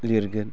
लिरगोन